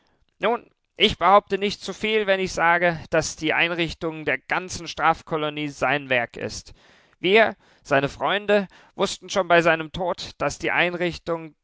nun ich behaupte nicht zu viel wenn ich sage daß die einrichtung der ganzen strafkolonie sein werk ist wir seine freunde wußten schon bei seinem tod daß die einrichtung